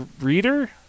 reader